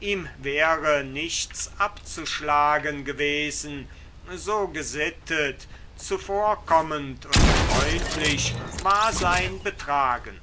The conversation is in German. ihm wäre nichts abzuschlagen gewesen so gesittet zuvorkommend und freundlich war sein betragen